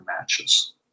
matches